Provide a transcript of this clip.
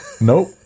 Nope